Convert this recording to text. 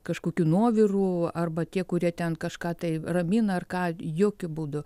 kažkokių nuovirų arba tie kurie ten kažką tai ramina ar ką jokiu būdu